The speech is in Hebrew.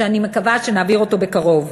שאני מקווה שנעביר בקרוב.